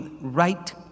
right